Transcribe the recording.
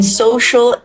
social